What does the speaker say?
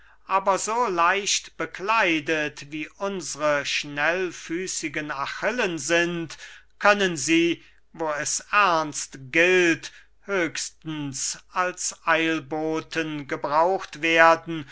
aber so leicht bekleidet wie unsre schnellfüßigen achillen sind können sie wo es ernst gilt höchstens als eilboten gebraucht werden